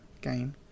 game